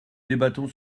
débattons